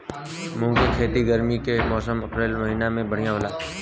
मुंग के खेती गर्मी के मौसम अप्रैल महीना में बढ़ियां होला?